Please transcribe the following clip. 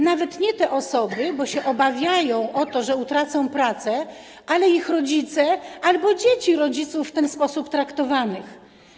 Nawet nie te osoby, bo one się obawiają o to, że utracą pracę, ale ich rodzice albo dzieci rodziców w ten sposób traktowanych.